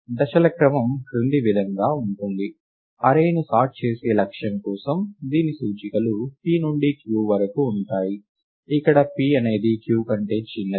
దశల క్రమం క్రింది విధంగా ఉంటుంది అర్రే ని సార్ట్ చేసే లక్ష్యం కోసం దీని సూచికలు p నుండి q వరకు ఉంటాయి ఇక్కడ p అనేది q కంటే చిన్నది